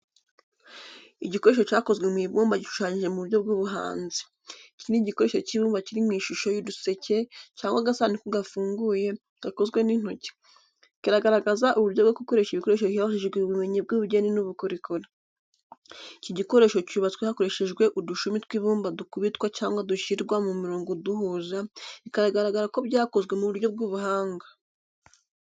Igikoresho cyakozwe mu ibumba gishushanyije mu buryo bw’ubuhanzi. Iki ni igikoresho cy'ibumba kiri mu ishusho y'uduseke cyangwa agasanduku gafunguye, gakozwe n’intoki. Kiragaragaza uburyo bwo gukora ibikoresho hifashishijwe ubumenyi bw’ubugeni n’ubukorikori. Iki gikoresho cyubatswe hakoreshejwe udushumi tw’ibumba dukubitwa cyangwa dushyirwa mu murongo uduhuza, bikagaragara ko byakozwe mu buryo bw'ubuhanga.